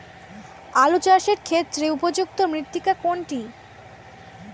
আলু চাষের ক্ষেত্রে উপযুক্ত মৃত্তিকা কোনটি?